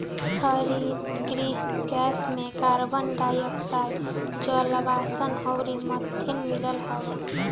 हरितगृह गैस में carbon dioxide, जलवाष्प अउरी मीथेन मिलल हअ